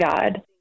God